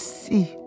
see